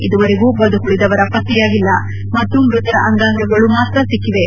ಇದುವರೆಗೂ ಬದುಕುಳಿದವರ ಪತ್ತೆಯಾಗಿಲ್ಲ ಮತ್ತು ಮೃತರ ಅಂಗಾಗಳು ಮಾತ್ರ ಸಿಕ್ಕಿವೆ